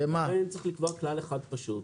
צריך לקבוע כלל אחד פשוט,